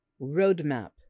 roadmap